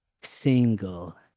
single